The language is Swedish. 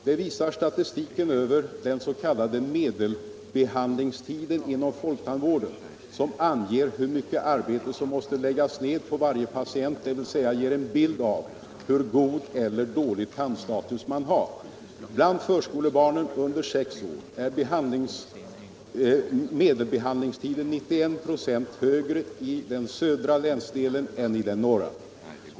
Det visar statistiken över den s.k. medelbehandlingstiden inom folktandvården, som anger hur mycket arbete som måste läggas ner på varje patient och alltså ger en bild av hur god eller dålig tandstatus man har. För förskolebarnen under sex år är medelbehandlingstiden 91 å längre i den södra länsdelen än i den norra.